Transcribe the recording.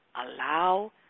Allow